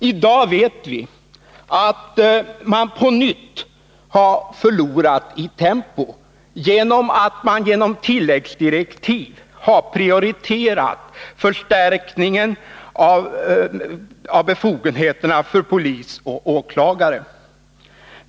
I dag vet vi att man på nytt har förlorat i tempo genom att man i tilläggsdirektiv har prioriterat förstärkningen av befogenheterna för polis och åklagare.